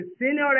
senior